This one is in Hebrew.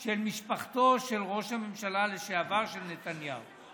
של משפחתו של ראש הממשלה לשעבר, של נתניהו?